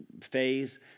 phase